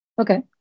Okay